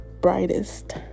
brightest